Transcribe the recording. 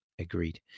Agreed